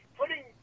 putting